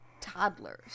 toddlers